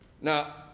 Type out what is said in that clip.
now